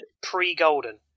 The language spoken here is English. pre-Golden